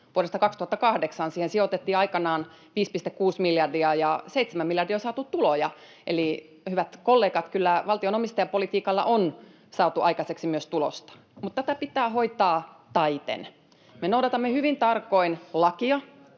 vuodesta 2008. Siihen sijoitettiin aikanaan 5,6 miljardia ja 7 miljardia on saatu tuloja. Eli hyvät kollegat, kyllä valtion omistajapolitiikalla on saatu aikaiseksi myös tulosta, mutta tätä pitää hoitaa taiten. Me noudatamme hyvin tarkoin lakia.